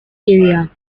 area